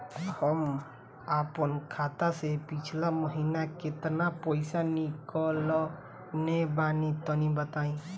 हम आपन खाता से पिछला महीना केतना पईसा निकलने बानि तनि बताईं?